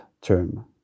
term